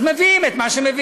אז מביאים את מה שמביאים,